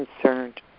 concerned